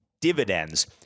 dividends